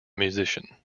musician